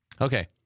Okay